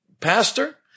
Pastor